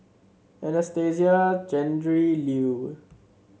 Anastasia Tjendri Liew